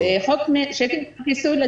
חוק צ'קים ללא כיסוי,